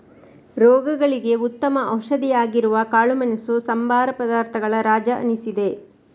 ರೋಗಗಳಿಗೆ ಉತ್ತಮ ಔಷಧಿ ಆಗಿರುವ ಕಾಳುಮೆಣಸು ಸಂಬಾರ ಪದಾರ್ಥಗಳ ರಾಜ ಅನಿಸಿದೆ